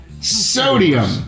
Sodium